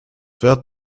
wird